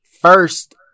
First